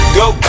go